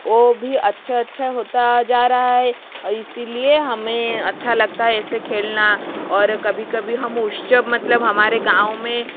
ओ भी अच्छा अच्छा होता जा रहा है और इसीलिए हमें अच्छा लगता है ऐसे खेलना और कभी कभी हम उत्सव मतलब हमारे गाँव में